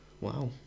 wow